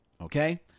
Okay